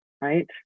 right